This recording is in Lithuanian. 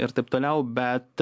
ir taip toliau bet